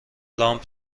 لامپ